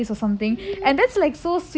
mmhmm